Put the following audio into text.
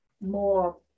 more